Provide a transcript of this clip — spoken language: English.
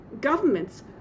governments